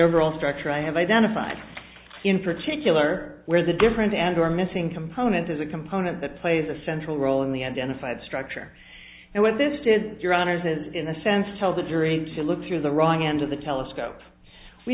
overall structure i have identified in particular where the different and or missing component is a component that plays a central role in the end genocide structure and what this did your honour's is in a sense told the jury to look through the wrong end of the telescope we